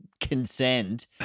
consent